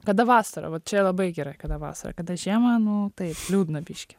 kada vasarą vat čia labai gerai kada vasarą kada žiemą nu taip liūdna biškį